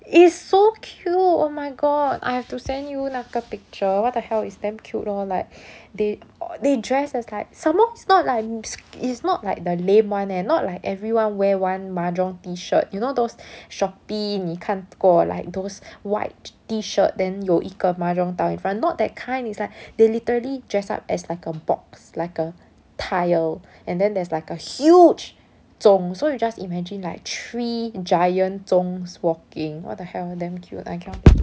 it's so cute oh my god I have to send you 那个 picture what the hell it's damn cute lor like they they dress as like some more it's not like the lame one eh not like the everyone wear one mahjong t-shirt you know those shopee 你看过 like those white t-shirt then 有一个 mahjong tile in front not that kind it's like they literally dress up as like a box like a tile and then there's like a huge 中 so you just imagine like three giant zhongs just walking what the hell damn cute I cannot take it